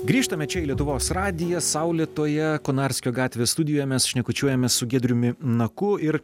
grįžtame čia į lietuvos radiją saulėtoje konarskio gatvės studijoje mes šnekučiuojamės su giedriumi naku ir